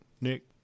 nick